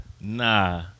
Nah